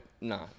nah